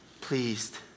pleased